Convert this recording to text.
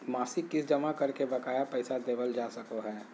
मासिक किस्त जमा करके बकाया पैसा देबल जा सको हय